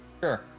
Sure